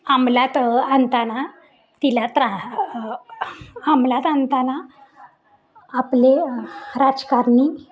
अमलात आणताना तिला त्रा अमलात आणताना आपले राजकारणी